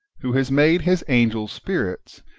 who has made his angels spirits,